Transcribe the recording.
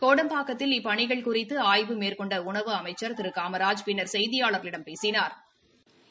கோடம்பாக்கத்தில் இப்பணிகள் குறித்து அய்வு மேற்கொண்ட உணவு அமைச்சா் திரு காமராஜ் பின்னா் செய்தியாளா்களிடம் பேசினாா்